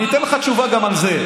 אני אתן לך תשובה גם על זה.